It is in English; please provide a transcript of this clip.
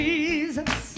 Jesus